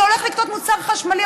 אתה הולך לקנות מוצר חשמלי,